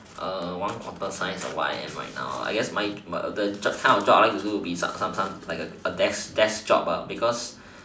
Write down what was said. one quarter size of what I am right now I guess my the the kind of job I want to do is like a desk desk job because